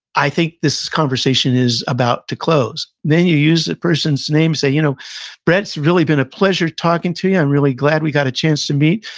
i think this conversation is about to close. then, you use the person's name, say, you know brett, it's really been a pleasure talking to you, i'm really glad we got a chance to meet.